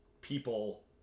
people